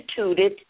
instituted